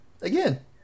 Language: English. again